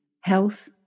health